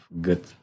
good